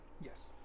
Yes